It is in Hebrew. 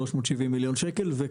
370 מיליון שקל,